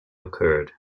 occurred